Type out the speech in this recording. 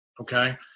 okay